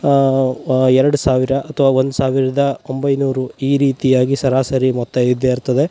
ಎರಡು ಸಾವಿರ ಅಥ್ವ ಒಂದು ಸಾವಿರದ ಒಂಬೈನೂರು ಈ ರೀತಿಯಾಗಿ ಸರಾಸರಿ ಮೊತ್ತ ಇದ್ದೇ ಇರ್ತದೆ